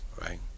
right